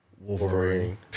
Wolverine